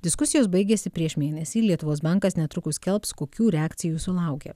diskusijos baigėsi prieš mėnesį lietuvos bankas netrukus skelbs kokių reakcijų sulaukia